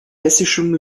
hessischen